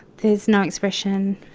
there's no expression.